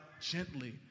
gently